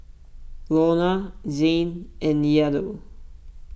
Launa Zayne and Yadiel